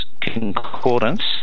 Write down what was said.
concordance